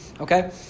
Okay